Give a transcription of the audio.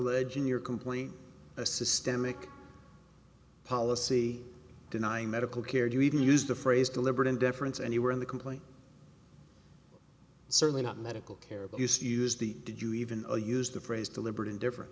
alleging your complaint a systemic policy denying medical care you even used the phrase deliberate indifference anywhere in the complaint certainly not medical care abuse use the did you even use the phrase deliberate indifferen